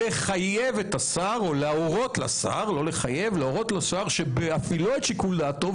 יש להורות לשר שבהפעילו את שיקול דעתו,